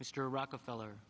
mr rockefeller